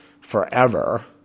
forever